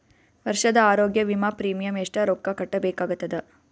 ವರ್ಷದ ಆರೋಗ್ಯ ವಿಮಾ ಪ್ರೀಮಿಯಂ ಎಷ್ಟ ರೊಕ್ಕ ಕಟ್ಟಬೇಕಾಗತದ?